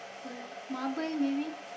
pearl marble maybe